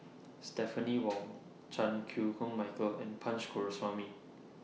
Stephanie Wong Chan Chew Koon Michael and Punch Coomaraswamy